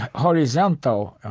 horizontal